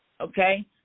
Okay